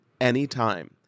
anytime